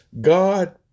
God